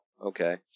Okay